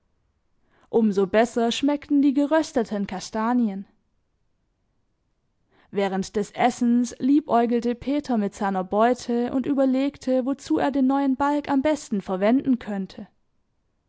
so besser schmeckten die gerösteten kastanien während des essens liebäugelte peter mit seiner beute und überlegte wozu er den neuen balg am besten verwenden könnte